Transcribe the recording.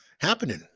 happening